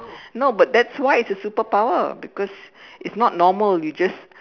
no but that's why it's a superpower because it's not normal you just